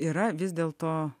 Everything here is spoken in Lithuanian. yra vis dėl to